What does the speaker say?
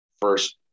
first